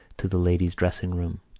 to the ladies' dressing-room.